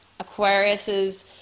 Aquariuses